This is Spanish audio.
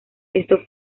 esto